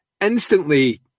Instantly